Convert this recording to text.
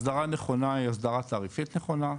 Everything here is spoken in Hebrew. הסדרה נכונה היא הסדרה תעריפית נכונה,